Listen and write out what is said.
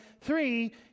three